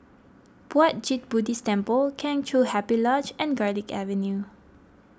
Puat Jit Buddhist Temple Kheng Chiu Happy Lodge and Garlick Avenue